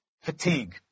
fatigue